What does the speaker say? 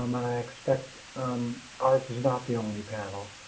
um and i expect um ours is not the only panel,